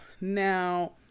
Now